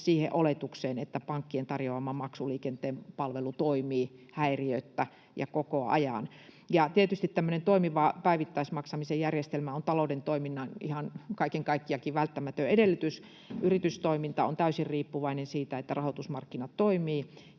siihen oletukseen, että pankkien tarjoama maksuliikenteen palvelu toimii häiriöttä ja koko ajan. Tietysti tämmöinen toimiva päivittäismaksamisen järjestelmä on ihan kaiken kaikkiaankin talouden toiminnan välttämätön edellytys. Yritystoiminta on täysin riippuvainen siitä, että rahoitusmarkkinat toimivat